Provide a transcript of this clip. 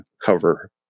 cover